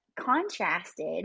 Contrasted